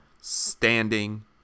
standing